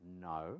no